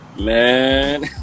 Man